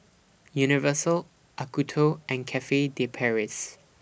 Universal Acuto and Cafe De Paris